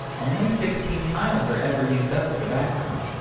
only sixteen tiles are ever used up for the background,